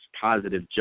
positive